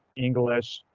english,